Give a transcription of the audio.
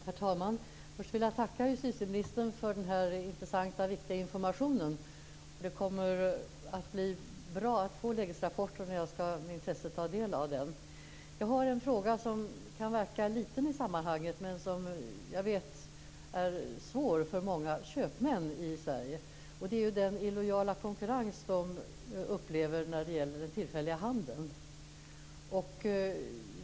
Herr talman! Först vill jag tacka justitieministern för den intressanta och viktiga informationen. Det är bra att vi kommer att få en lägesrapport, och jag skall med intresse ta del av den. Jag har en fråga som kan verka liten i sammanhanget men som jag vet är svår för många köpmän i Sverige. Det är den illojala konkurrens de upplever av den tillfälliga handeln.